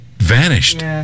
vanished